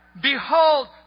behold